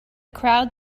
crowd